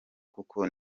kuko